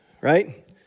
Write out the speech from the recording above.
right